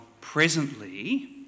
presently